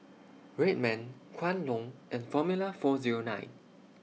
Red Man Kwan Loong and Formula four Zero nine